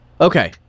Okay